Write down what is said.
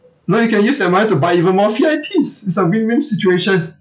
no you can use that money to buy even more V_I_Ps it's a win win situation